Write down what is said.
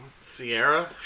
Sierra